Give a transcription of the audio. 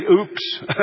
oops